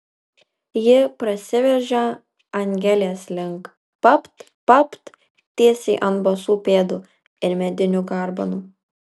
ji prasiveržia angelės link papt papt tiesiai ant basų pėdų ir medinių garbanų